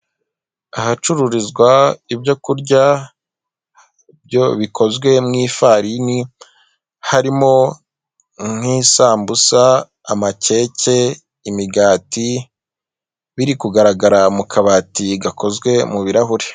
Ahacururizwa ibyo kurya byo bikozwe mu ifarini, harimo nk'isambusa, amakeke, imigati, biri kugaragara mu kabati gakozwe mu birahuri.